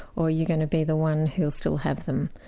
or are you going to be the one who'll still have them?